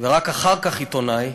ורק אחר כך עיתונאי"